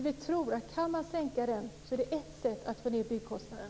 Vi tror att om man kan sänka den är det ett sätt att få ned byggkostnaden.